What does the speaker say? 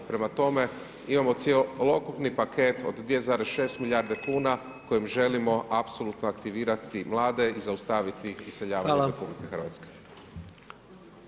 Prema tome imamo cjelokupni paket od 2,6 milijarde kuna kojim želimo apsolutno aktivirati mlade i zaustaviti iseljavanje iz RH.